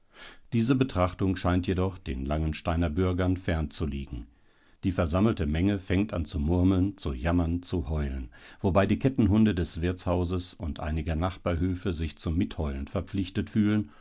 diese betrachtung scheint jedoch den langensteiner bürgern fern zu liegen die versammelte menge fängt an zu murmeln zu jammern zu heulen wobei die kettenhunde des wirtshauses und einiger nachbarhöfe sich zum mitheulen verpflichtet fühlen